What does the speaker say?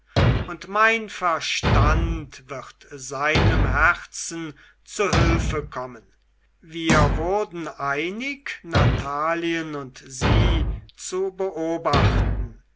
und mein verstand wird seinem herzen zu hülfe kommen wir wurden einig natalien und sie zu beobachten